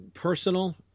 Personal